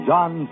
John